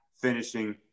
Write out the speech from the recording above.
finishing